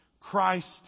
Christ